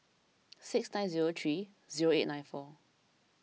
six nine zero three zero eight nine four